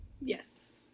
Yes